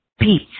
peace